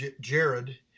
Jared